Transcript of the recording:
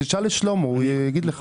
תשאל את שלמה, הוא יגיד לך.